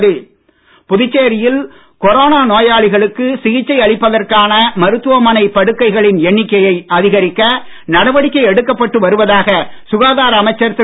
மல்லாடி நோயாளிகளுக்கு புதுச்சேரியில் கொரோனா சிகிச்சை அளிப்பதற்கான மருத்துவமனை படுக்கைகளின் எண்ணிக்கையை அதிகரிக்க நடவடிக்கை எடுக்கப்பட்டு வருவதாக சுகாதார அமைச்சர் திரு